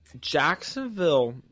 Jacksonville